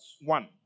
one